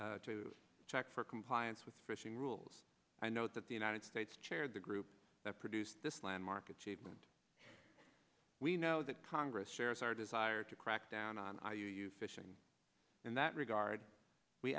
inspect to check for compliance with fishing rules i know that the united states chaired the group that produced this landmark achievement we know that congress shares our desire to crack down on i use fishing in that regard we